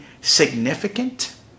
significant